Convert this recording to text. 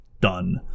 done